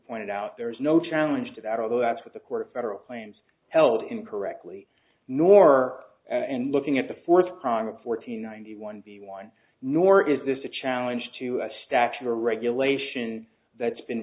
pointed out there is no challenge to that although that's what the court federal claims held incorrectly nor and looking at the fourth prong of fourteen ninety one b one nor is this a challenge to a statute or regulation that's been